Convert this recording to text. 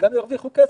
והם גם ירוויחו כסף.